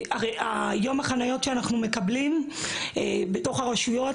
אנחנו לא יכולים לחנות בחניות שאנחנו מקבלים היום בתוך הרשויות